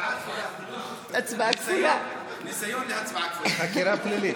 הצבעה כפולה, ניסיון להצבעה כפולה.